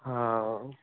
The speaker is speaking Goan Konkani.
हां